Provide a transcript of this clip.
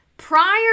prior